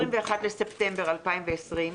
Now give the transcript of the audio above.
21 בספטמבר 2020,